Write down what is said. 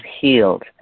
healed